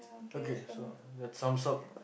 okay so that's some sort